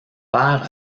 père